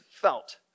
felt